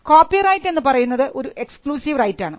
copyright എന്ന് പറയുന്നത് ഒരു എക്സ്ക്ലൂസിവ് റൈറ്റ് ആണ്